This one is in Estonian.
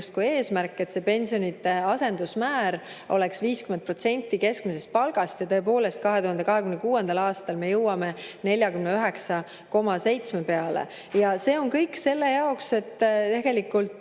justkui eesmärgi, et pensionide asendusmäär oleks 50% keskmisest palgast. Ja tõepoolest, 2026. aastal me jõuame 49,7% peale. See on kõik selle jaoks, et inimesed